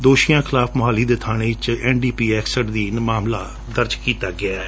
ਦੋਸ਼ੀਆਂ ਖਿਲਾਫ ਮੋਹਾਲੀ ਦੇ ਬਾਣੇ ਵਿਚ ਐਨਡੀਪੀਐਸ ਐਕਟ ਅਧੀਨ ਮਾਮਲਾ ਦਰਜ ਕੀਤਾ ਗਿਐ